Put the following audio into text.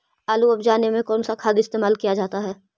आलू अब जाने में कौन कौन सा खाद इस्तेमाल क्या जाता है?